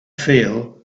feel